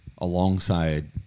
Alongside